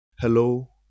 Hello